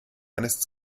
eines